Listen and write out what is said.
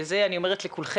את זה אני אומרת לכולכם,